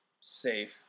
safe